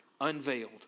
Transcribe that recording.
Unveiled